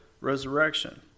resurrection